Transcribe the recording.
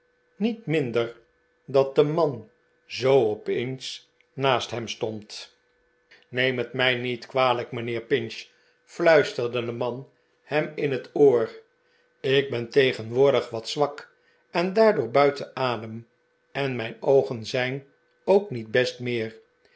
niet mindfer dat de man zoo opeens naast hem stond neem het mij niet kwalijk mijnheer pinch fluisterde de man hem in het oor ik ben tegenwoordig wat zwak en daardoor buiten adem en mijn oogen zijn ook niet best meer